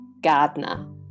gardener